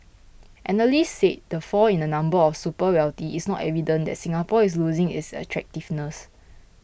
analysts said the fall in the number of super wealthy is not evidence that Singapore is losing its attractiveness